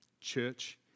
church